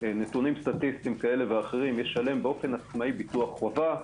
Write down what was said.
נתונים סטטיסטיים כאלה ואחרים ישלם עצמאית ביטוח חובה,